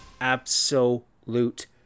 absolute